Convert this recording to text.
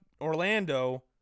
Orlando